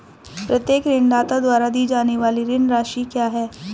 प्रत्येक ऋणदाता द्वारा दी जाने वाली ऋण राशि क्या है?